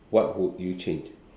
what would you change